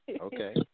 Okay